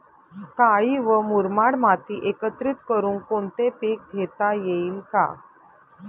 काळी व मुरमाड माती एकत्रित करुन कोणते पीक घेता येईल का?